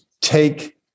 take